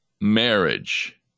marriage